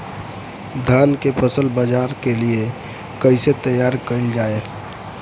धान के फसल बाजार के लिए कईसे तैयार कइल जाए?